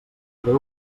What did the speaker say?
greu